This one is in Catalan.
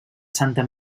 santa